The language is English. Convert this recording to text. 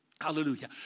Hallelujah